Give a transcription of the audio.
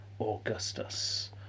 Augustus